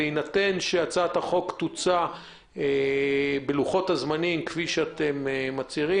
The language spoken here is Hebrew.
בהינתן שהצעת החוק תוצע בלוחות הזמנים שאתם מציעים